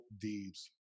deeds